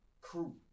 crew